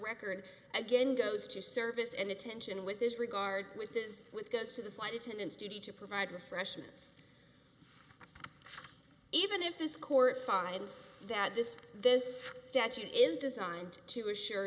record again goes to service and attention with this regard with this with goes to the flight attendants duty to provide refreshments even if this court finds that this this statute is designed to assure